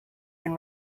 been